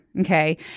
okay